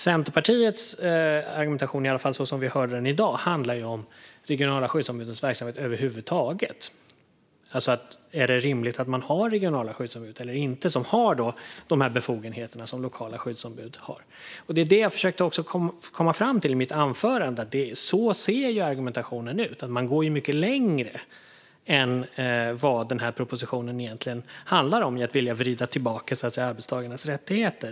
Centerpartiets argumentation, i alla fall som vi hör den i dag, handlar om de regionala skyddsombudens verksamhet över huvud taget, alltså om det är rimligt att man har regionala skyddsombud eller inte som har de befogenheter som regionala skyddsombud har. Jag försökte i mitt anförande komma fram till att så ser argumentationen ut. Men man går egentligen mycket längre än propositionen i viljan att vrida tillbaka arbetstagarnas rättigheter.